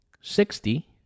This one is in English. sixty